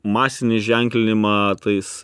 masinį ženklinimą tais